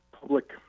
Public